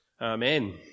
Amen